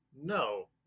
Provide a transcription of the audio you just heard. no